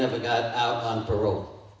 never got out on parole